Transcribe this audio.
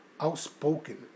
outspoken